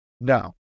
no